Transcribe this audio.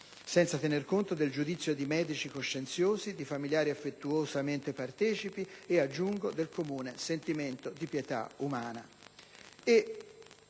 senza tener conto del giudizio di medici coscienziosi, di familiari affettuosamente partecipi e - aggiungo - del comune sentimento di pietà umana.